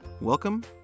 Welcome